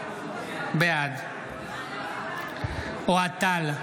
בעד אוהד טל,